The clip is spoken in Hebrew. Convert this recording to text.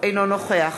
אינו נוכח